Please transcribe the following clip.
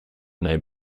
name